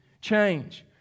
change